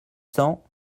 cents